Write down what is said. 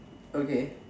okay